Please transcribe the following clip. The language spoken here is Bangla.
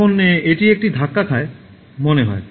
তখন এটি একটি ধাক্কা খায় মনে হয়